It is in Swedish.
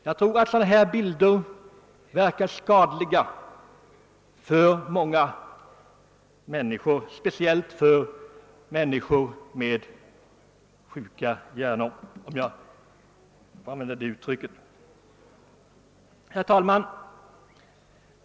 Jag tror att våldsannonser verkar skadligt på många människor — speciellt på sådana med sjuka hjärnor, om jag får använda det uttrycket.